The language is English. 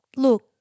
Look